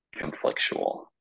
conflictual